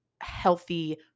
healthy